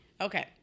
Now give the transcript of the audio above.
Okay